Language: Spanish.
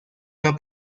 una